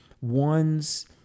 one's